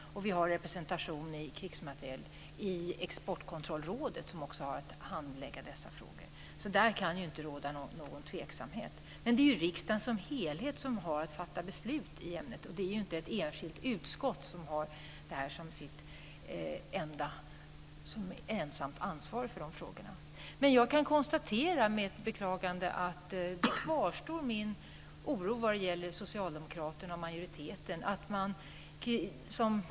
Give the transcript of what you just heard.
Vi har också representanter i Exportkontrollrådet som också har att handlägga frågor av den här typen. Så där kan det inte råda någon tveksamhet. Men det är riksdagen som helhet som har att fatta beslut. Det är inte ett enskilt utskott som är ensamt ansvarigt för dessa frågor. Men jag konstaterar med ett beklagande att min oro kvarstår när det gäller socialdemokraterna och majoriteten.